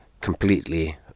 completely